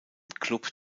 klub